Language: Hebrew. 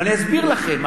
אבל אני אסביר לכם.